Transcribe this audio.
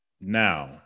Now